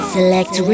Select